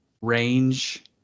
range